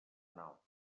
now